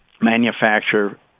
manufacture